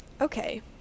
okay